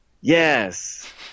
yes